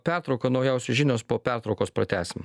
pertrauką naujausios žinios po pertraukos pratęsim